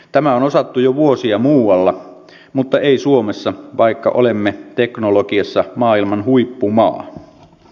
tämä on osattu jo vuosia muualla mutta ei suomessa vaikka olemme teknologiassa maailman huippumaa